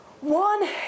One